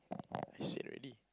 I said already